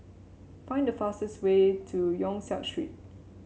find the fastest way to Yong Siak Street